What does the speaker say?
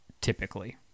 Typically